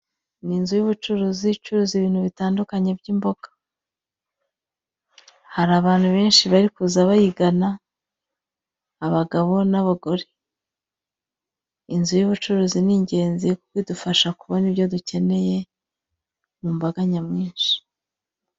Ni inzu y'ubucuruzi, icuruza ibintu bitandukanye by'imboga, hari abantu benshi bari kuza bayigana, abagabo n'abagore, inzu y'ubucuruzi ni ingenzi kuko idufasha kubona ibyo dukeneye mu mbaga nyamwinshi.